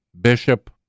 Bishop